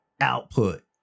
output